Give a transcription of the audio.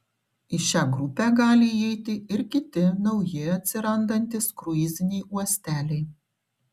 į šią grupę gali įeiti ir kiti nauji atsirandantys kruiziniai uosteliai